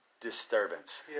disturbance